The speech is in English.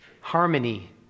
harmony